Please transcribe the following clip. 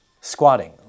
Squatting